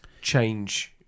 change